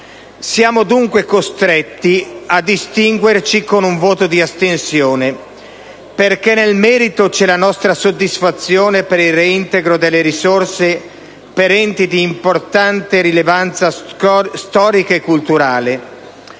Siamo dunque costretti a distinguerci con un voto di astensione, perché nel merito c'è la nostra soddisfazione per il reintegro delle risorse per enti di importante rilevanza storica e culturale,